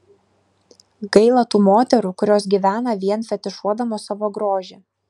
gaila tų moterų kurios gyvena vien fetišuodamos savo grožį